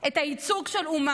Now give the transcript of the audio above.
את הייצוג של אומה.